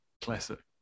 Classic